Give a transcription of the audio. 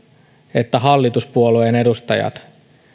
että hallituspuolueiden edustajat